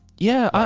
yeah.